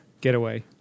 getaway